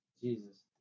Jesus